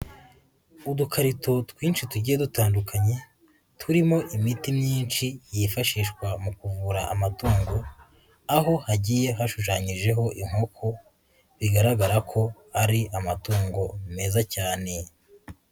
Udukarito twinshi tugiye dutandukanye turimo imiti myinshi yifashishwa mu kuvura amatungo, aho hagiye hashushanyijeho inkoko bigaragara ko ari amatungo meza cyane.